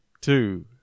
two